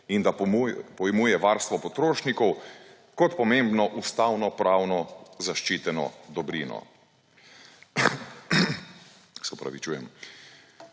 in da pojmuje varstvo potrošnikov kot pomembno ustavnopravno zaščiteno dobrino.